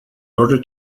order